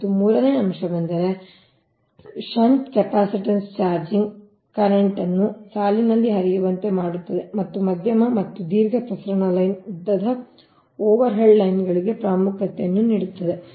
ಮತ್ತು ಮೂರನೇ ಅಂಶವೆಂದರೆ ಷಂಟ್ ಕೆಪಾಸಿಟನ್ಸ್ ಚಾರ್ಜಿಂಗ್ ಕರೆಂಟ್ ಅನ್ನು ಸಾಲಿನಲ್ಲಿ ಹರಿಯುವಂತೆ ಮಾಡುತ್ತದೆ ಮತ್ತು ಮಧ್ಯಮ ಮತ್ತು ದೀರ್ಘ ಪ್ರಸರಣ ಲೈನ್ ಉದ್ದದ ಓವರ್ಹೆಡ್ ಲೈನ್ಗಳಿಗೆ ಪ್ರಾಮುಖ್ಯತೆಯನ್ನು ನೀಡುತ್ತದೆ